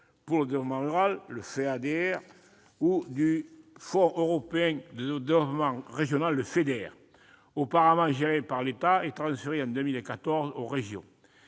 pour le développement rural, le Feader, ou du Fonds européen de développement régional, le Feder, auparavant gérés par l'État, et transférés en 2014 aux régions.